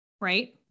right